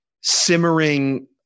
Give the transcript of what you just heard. simmering